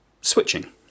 switching